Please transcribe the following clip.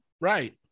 Right